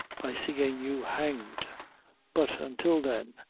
by seein' you hanged but, until then,